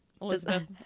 Elizabeth